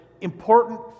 important